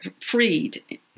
freed